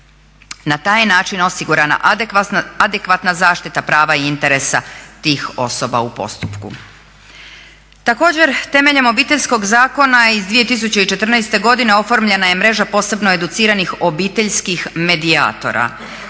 Na taj način je osigurana adekvatna zaštita prava i interesa tih osoba u postupku. Također temeljem Obiteljskog zakona iz 2014. godine oformljena je mreža posebno educiranih obiteljskih medijatora